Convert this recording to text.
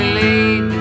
lead